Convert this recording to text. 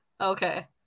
okay